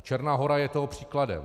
A Černá Hora je toho příkladem.